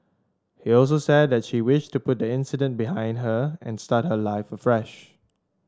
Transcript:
he also said that she wished to put the incident behind her and start her life afresh